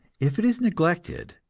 if it is neglected,